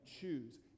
choose